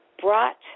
brought